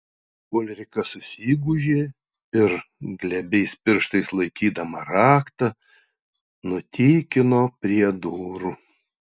ulrika susigūžė ir glebiais pirštais laikydama raktą nutykino prie durų